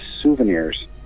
souvenirs